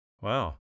Wow